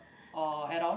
or add on